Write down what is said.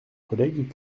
collègues